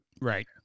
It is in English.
Right